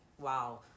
Wow